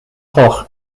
hoch